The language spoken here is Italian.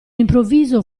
improvviso